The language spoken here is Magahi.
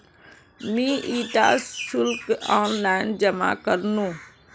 मी इटा शुल्क ऑनलाइन जमा करनु